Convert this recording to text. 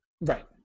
Right